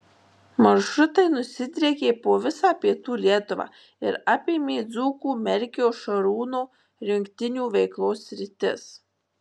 maršrutai nusidriekė po visą pietų lietuvą ir apėmė dzūkų merkio šarūno rinktinių veiklos sritis